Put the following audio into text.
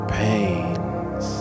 pains